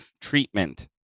treatment